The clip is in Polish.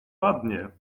ładnie